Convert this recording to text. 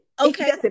okay